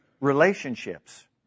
relationships